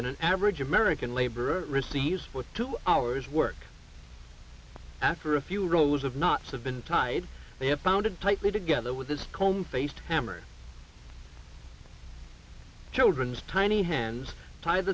than an average american laborer receives would two hours work after a few rows of knots of been tied they have pounded tightly together with this comb faced hammer children's tiny hands tied